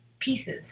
Pieces